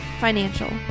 financial